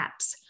apps